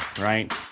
right